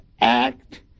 act